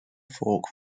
fork